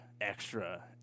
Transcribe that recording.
extra